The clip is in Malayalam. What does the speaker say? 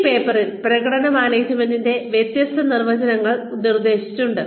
ഈ പേപ്പറിൽ പ്രകടന മാനേജ്മെന്റിന്റെ വിവിധ നിർവചനങ്ങൾ നിർദ്ദേശിച്ചിട്ടുണ്ട്